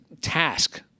task